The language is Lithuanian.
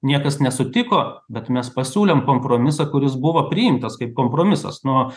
niekas nesutiko bet mes pasiūlėm kompromisą kuris buvo priimtas kaip kompromisas nu